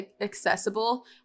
accessible